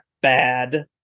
bad